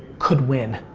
could win.